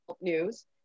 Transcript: news